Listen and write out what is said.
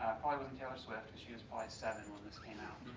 probably wasn't taylor swift cause she was probably seven when this came out,